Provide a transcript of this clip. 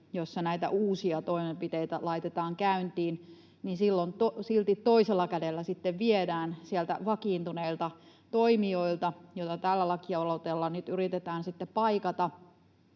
jossa näitä uusia toimenpiteitä laitetaan käyntiin, niin silti toisella kädellä sitten viedään sieltä vakiintuneilta toimijoilta, mitä tällä lakialoitteella nyt yritetään sitten